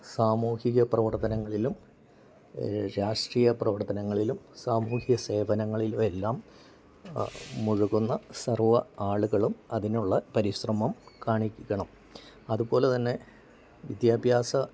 സാമൂഹിക പ്രവർത്തനങ്ങളിലും രാഷ്ട്രീയ പ്രവർത്തനങ്ങളിലും സാമൂഹിക സേവനങ്ങളിലും എല്ലാം മുഴുകുന്ന സർവ്വ ആളുകളും അതിനുള്ള പരിശ്രമം കാണിക്കണം അതുപോലെ തന്നെ വിദ്യാഭ്യാസം